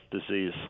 disease